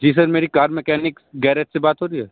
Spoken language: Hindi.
जी सर मेरी कार मैकेनिक गैरेज से बात हो रही है